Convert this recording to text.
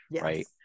right